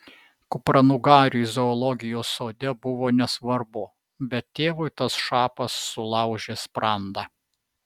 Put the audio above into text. kupranugariui zoologijos sode buvo nesvarbu bet tėvui tas šapas sulaužė sprandą